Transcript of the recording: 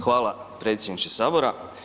Hvala predsjedniče Sabora.